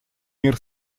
мир